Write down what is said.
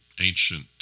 ancient